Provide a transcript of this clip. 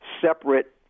separate